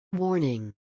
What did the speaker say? Warning